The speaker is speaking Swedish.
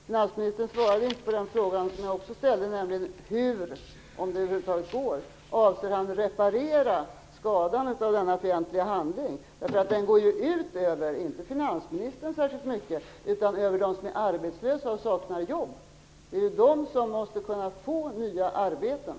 Finansministern svarade inte på den fråga som jag också ställde, nämligen om han - om det över huvud taget går - avser att reparera skadan av denna fientliga handling. Den går ju inte särskilt mycket ut över finansministern utan över dem som är arbetslösa och saknar jobb. De måste kunna få nya arbeten.